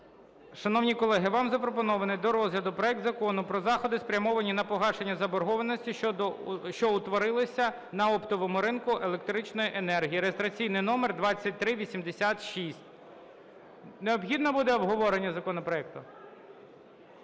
Шановні колеги, вам запропонований до розгляду проект Закону про заходи, спрямовані на погашення заборгованості, що утворилася на оптовому ринку електричної енергії (реєстраційний номер 2386). Необхідне буде обговорення законопроекту?